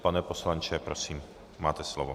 Pane poslanče, prosím, máte slovo.